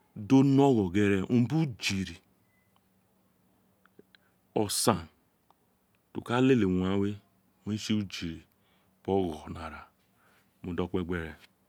Do no ogho gere owun or ujirin osaan tr o ka lele urun ghaan we owun re tse ujirin bi ogho ni ara mo dokpe gbi ere